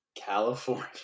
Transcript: California